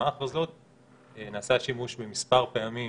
מספר פעמים